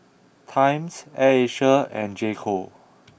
Times Air Asia and J co